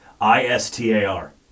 I-S-T-A-R